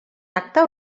acte